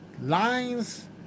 Lines